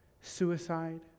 suicide